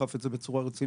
שדחף את זה בצורה רצינית,